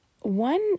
one